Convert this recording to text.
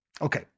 Okay